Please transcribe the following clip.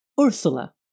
Ursula